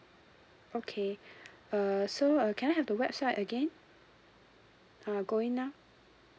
okay uh so uh can I have the website again uh going now